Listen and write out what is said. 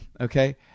okay